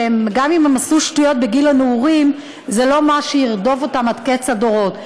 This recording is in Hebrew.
שגם אם הם עשו שטויות בגיל הנעורים זה לא מה שירדוף אותם עד קץ הדורות.